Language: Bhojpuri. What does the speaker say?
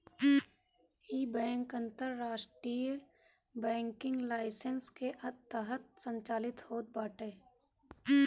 इ बैंक अंतरराष्ट्रीय बैंकिंग लाइसेंस के तहत संचालित होत बाटे